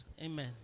Amen